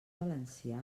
valencià